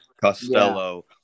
costello